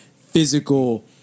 physical